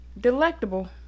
Delectable